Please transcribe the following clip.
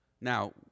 Now